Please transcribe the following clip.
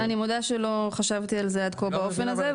אני מודה שלא חשבתי על זה עד כה באופן הזה,